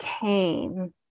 came